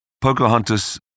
Pocahontas